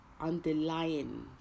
underlying